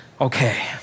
Okay